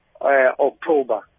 October